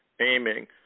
aiming